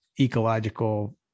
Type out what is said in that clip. ecological